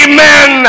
Amen